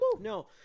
No